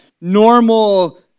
normal